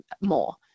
more